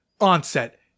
Onset